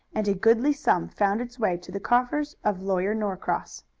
and a goodly sum found its way to the coffers of lawyer norcross.